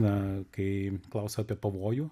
na kai klausiau apie pavojų